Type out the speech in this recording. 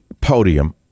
podium